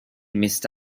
missed